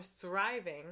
thriving